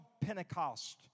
Pentecost